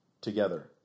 together